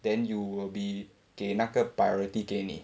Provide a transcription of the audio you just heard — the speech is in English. then you will be okay 那个 priority 给你